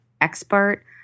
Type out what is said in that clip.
expert